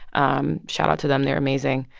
um shout out to them. they're amazing.